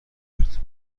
کرد